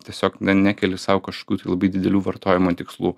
tiesiog na nekeli sau kažkokių tai labai didelių vartojimo tikslų